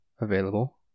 available